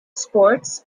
sports